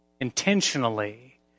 intentionally